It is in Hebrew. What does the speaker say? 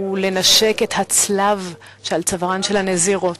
ולנשק את הצלב שעל צווארן של הנזירות.